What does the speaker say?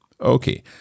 Okay